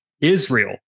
Israel